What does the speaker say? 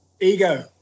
Ego